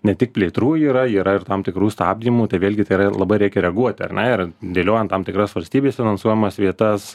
ne tik plėtrų yra yra ir tam tikrų stabdymų tai vėlgi tai yra labai reikia reaguoti ar ne ir dėliojant tam tikras valstybės finansuojamas vietas